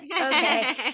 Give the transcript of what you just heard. okay